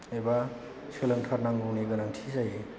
एबा सोलोंथारनांगौनि गोनांथि जायो